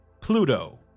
Pluto